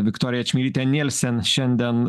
viktorija čmilytė nielsen šiandien